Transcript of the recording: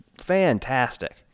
fantastic